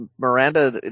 Miranda